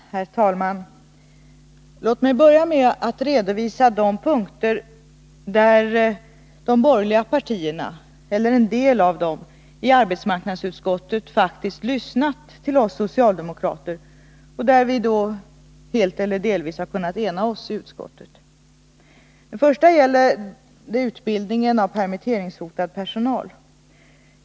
Herr talman! Låt mig börja med att redovisa de punkter där de borgerliga partierna, eller en del av dem, i arbetsmarknadsutskottet faktiskt lyssnat till oss socialdemokrater och där vi då helt eller delvis kunnat enas i utskottet. Den första gäller utbildningen av permitteringshotad personal.